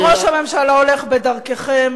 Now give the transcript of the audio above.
אם ראש הממשלה הולך בדרככם,